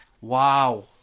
wow